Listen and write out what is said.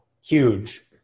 huge